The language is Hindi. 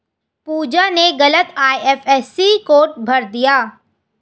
पूजा ने गलत आई.एफ.एस.सी कोड भर दिया